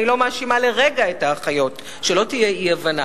אני לא מאשימה לרגע את האחיות, שלא תהיה אי-הבנה.